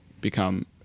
become